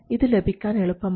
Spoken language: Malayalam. ഇത് ലഭിക്കാൻ എളുപ്പമാണ്